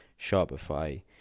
Shopify